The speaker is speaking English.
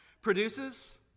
produces